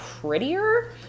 prettier